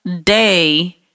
Day